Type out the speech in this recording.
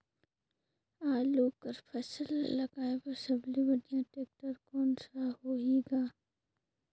आलू कर फसल ल लगाय बर सबले बढ़िया टेक्टर कोन सा होही ग?